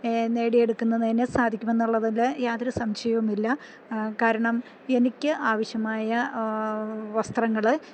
നേടിയെടുക്കുന്നതിനെ സാധിക്കുമെന്നുള്ളതില് യാതൊരു സംശയവുമില്ല കാരണം എനിക്ക് ആവശ്യമായ വസ്ത്രങ്ങള്